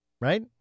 Right